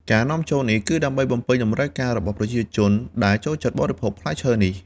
ការនាំចូលនេះគឺដើម្បីបំពេញតម្រូវការរបស់ប្រជាជនដែលចូលចិត្តបរិភោគផ្លែឈើនេះ។